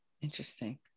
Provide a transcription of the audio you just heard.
Interesting